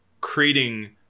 creating